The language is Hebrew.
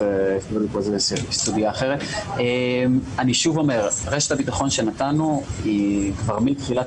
אני שוב אומר שרשת הביטחון שנתנו היא כבר מתחילת